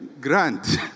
grant